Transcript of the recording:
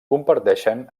comparteixen